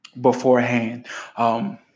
beforehand